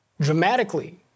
dramatically